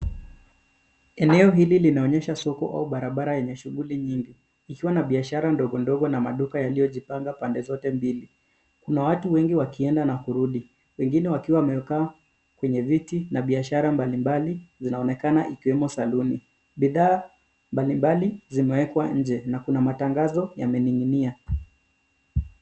Eneo hili linaonyesha soko au barabara yenye shughuli nyingi ikiwa na biashara ndogo ndogo na maduka yaliyojipanga pande zote mbili. Kuna watu wengi wakienda na kurudi, wengine wakiwa wamekaa kwenye viti na biashara mbalimbali zinaonekana ikiwemo saloon . Bidhaa mbalimbali zimewekwa nje na kuna matangazo yamening'inia.